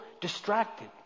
distracted